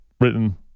written